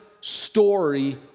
story